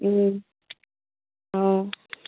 অঁ